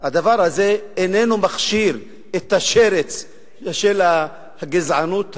הדבר הזה איננו מכשיר את השרץ של הגזענות הזאת.